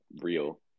real